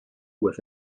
with